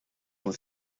with